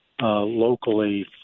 locally